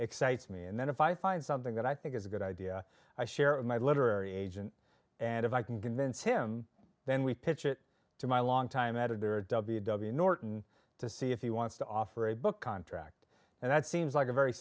excites me and then if i find something that i think is a good idea i share with my literary agent and if i can convince him then we pitch it to my longtime editor w w norton to see if he wants to offer a book contract and that seems like a very